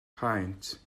paent